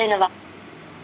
పంట మార్పిడి అంటే ఏంది?